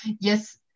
yes